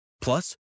plus